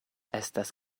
estas